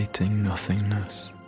nothingness